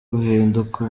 guhinduka